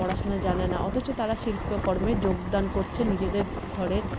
পড়াশোনা জানে না অথচ তারা শিল্পকর্মে যোগদান করছে নিজেদের ঘরের